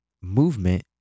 movement